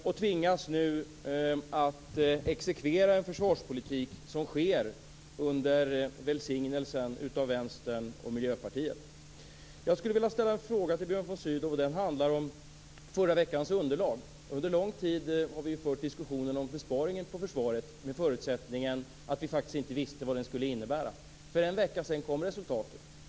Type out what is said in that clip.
Han tvingas nu att exekvera en försvarspolitik som förs under välsignelsen av Vänstern och Miljöpartiet. Jag skulle vilja ställa en fråga till Björn von Sydow. Den handlar om förra veckans underlag. Under lång tid har vi fört diskussionen om besparingen på försvaret med förutsättningen att vi faktiskt inte visste vad den skulle innebära. För en vecka sedan kom resultatet.